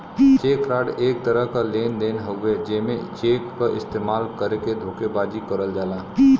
check fraud एक तरह क लेन देन हउवे जेमे चेक क इस्तेमाल करके धोखेबाजी करल जाला